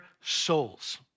souls